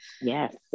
yes